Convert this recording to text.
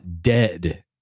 dead